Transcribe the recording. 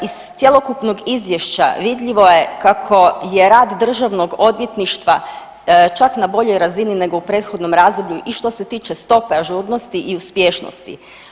Iz cjelokupnog izvješća vidljivo je kako je rad državnog odvjetništva čak na boljoj razini nego u prethodnom razdoblju i što se tiče stope ažurnosti i uspješnosti.